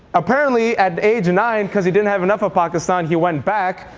apparently at age nine, because he didn't have enough of pakistan, he went back,